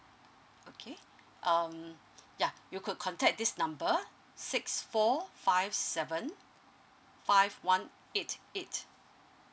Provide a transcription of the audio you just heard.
okay um ya you could contact this number six four five seven five one eight eight